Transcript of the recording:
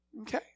Okay